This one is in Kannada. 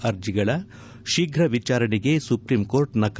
ಅರ್ಜಿಗಳ ಶೀಘ ವಿಚಾರಣೆಗೆ ಸುಪ್ರೀಂಕೋರ್ಟ್ ನಕಾರ